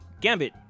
Gambit